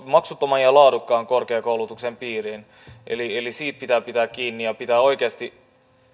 maksuttoman ja laadukkaan korkeakoulutuksen piiriin siitä pitää pitää kiinni ja pitää oikeasti